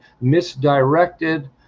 misdirected